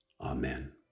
Amen